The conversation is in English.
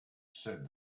said